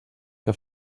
que